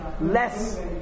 less